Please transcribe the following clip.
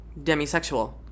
demisexual